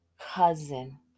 cousin